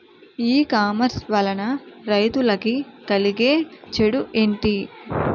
E commerce వలన రైతులకి కలిగే చెడు ఎంటి?